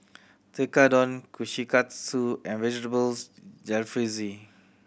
Tekkadon Kushikatsu and Vegetable Jalfrezi